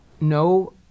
no